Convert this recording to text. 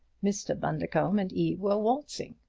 mr. bundercombe and eve were waltzing.